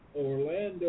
Orlando